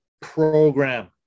program